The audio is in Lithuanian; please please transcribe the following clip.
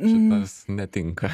šitas netinka